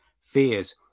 fears